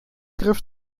griff